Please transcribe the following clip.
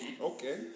Okay